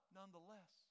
nonetheless